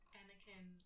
Anakin